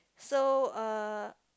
so uh